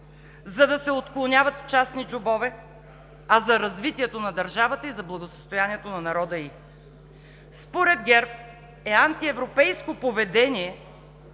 за да се отклоняват в частни джобове, а за развитието на държавата и за благосъстоянието на народа й! Според ГЕРБ е антиевропейско поведение